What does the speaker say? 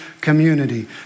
community